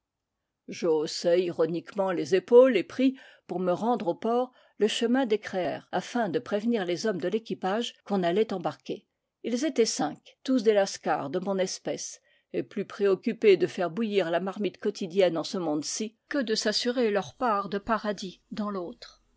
je haussai ironiquement les épaules et pris pour me rendre au port le chemin des crec'h afin de prévenir les hommes de l'équipage qu'on allait embarquer ils étaient cinq tous des lascars de mon espèce et plus préoccupés de faire bouillir la marmite quotidienne en ce monde-ci que de s'assurer leur part de paradis en